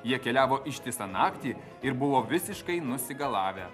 jie keliavo ištisą naktį ir buvo visiškai nusigalavę